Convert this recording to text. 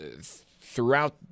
throughout